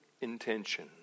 intention